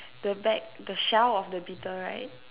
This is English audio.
the back the shell of the beetle right